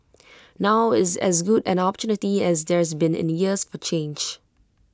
now is as good an opportunity as there's been in years for change